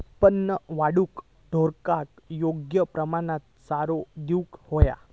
उत्पादन वाढवूक ढोरांका योग्य प्रमाणात चारो देऊक व्हयो